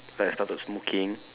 like I started smoking